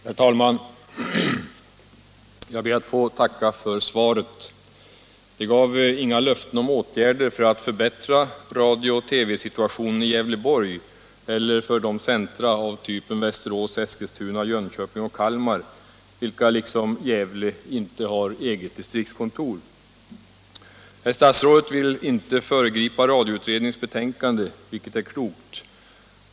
Herr talman! Jag ber att få tacka för svaret. Det gav inga löften om åtgärder för att förbättra radio och TV-situationen i Gävleborg eller för de centra av typen Västerås, Eskilstuna, Jönköping och Kalmar vilka liksom Gävle inte har eget distriktskontor. Herr statsrådet vill inte föregripa radioutredningens betänkande, vilket är klokt.